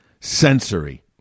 sensory